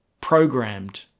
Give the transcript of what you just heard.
programmed